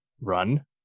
run